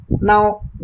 Now